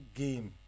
game